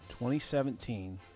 2017